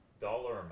dollar